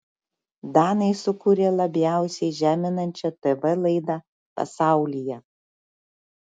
danai sukūrė labiausiai žeminančią tv laidą pasaulyje